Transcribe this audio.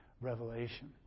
revelation